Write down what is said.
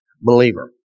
believer